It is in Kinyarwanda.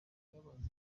birababaza